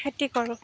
খেতি কৰোঁ